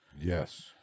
Yes